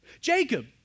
Jacob